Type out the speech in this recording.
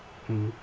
mmhmm